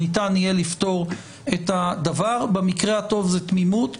ניתן יהיה לפתור את הדבר במקרה הטוב זה תמימות,